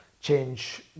change